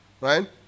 right